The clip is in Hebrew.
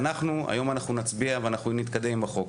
היום אנחנו נצביע ואנחנו נתקדם עם החוק.